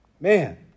Man